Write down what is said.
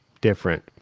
different